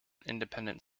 independent